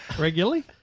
Regularly